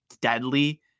deadly